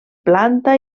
planta